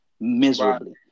miserably